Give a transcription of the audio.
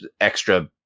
extra